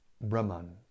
Brahman